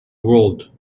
world